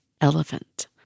elephant